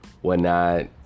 whatnot